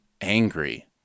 angry